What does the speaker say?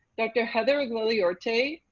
dr. heather igloliorte,